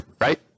Right